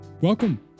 welcome